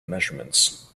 measurements